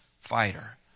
fighter